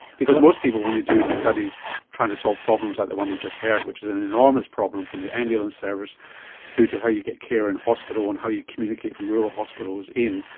because most people when they do studies trying to solve problems like the one we just heard, which is an enormous problem from the ambulance service through to how you get care in hospital and how you communicate from rural hospitals in,